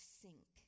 sink